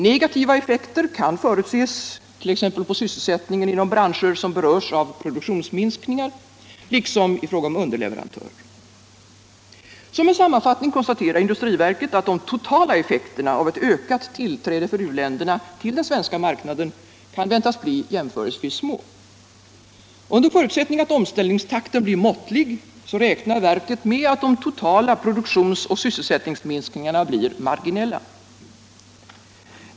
Negativa effekter kan förutses t.ex. på sysselsättningen inom branscher som berörs av produktionsminskningar, liksom i fråga om underlcverantörer. Sammanfattningsvis konstaterar industriverket att de rorala effekterna av ett ökat tillträde för u-länderna till den svenska marknaden kan väntas bli jämförelsevis små. Under förutsättning att omställningstakten är måttlig räknar verket med att de totala produktions och sysselsättningsminskningarna blir marginella.